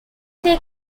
they